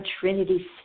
Trinity